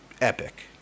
epic